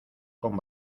con